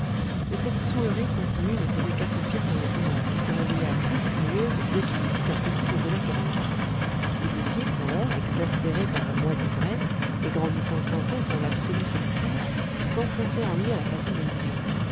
mais cette saoulerie continue ne faisait qu'assoupir son épouvante qui se réveilla plus furieuse dès qu'il lui fut impossible de la calmer l'idée fixe alors exaspérée par un mois d'ivresse et grandissant sans cesse dans l'absolue solitude s'enfonçait en lui à la façon d'une vrille